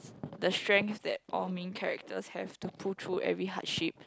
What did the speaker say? the strengths that all main characters have to pull through every hardship